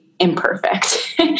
Imperfect